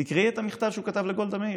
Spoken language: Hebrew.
תקראי את המכתב שהוא כתב לגולדה מאיר.